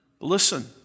Listen